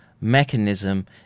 mechanism